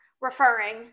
Referring